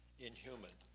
inhuman,